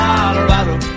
Colorado